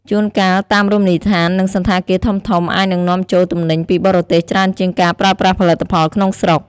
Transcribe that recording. ជួនកាលតាម រមណីយដ្ឋាន និងសណ្ឋាគារធំៗអាចនឹងនាំចូលទំនិញពីបរទេសច្រើនជាងការប្រើប្រាស់ផលិតផលក្នុងស្រុក។